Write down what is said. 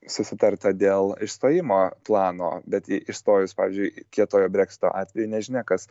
susitarta dėl išstojimo plano bet į išstojus pavyzdžiui kietojo breksito atveju nežinia kas